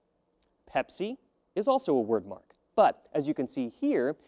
pepsi is also a word mark, but, as you can see here,